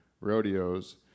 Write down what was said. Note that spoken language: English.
Rodeos